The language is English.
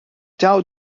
dow